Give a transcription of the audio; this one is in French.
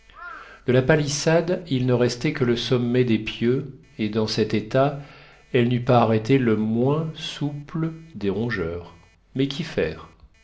de la palissade il ne restait que le sommet des pieux et dans cet état elle n'eut pas arrêté le moins souple des rongeurs mais qu'y faire